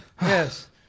Yes